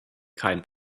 kein